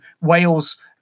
Wales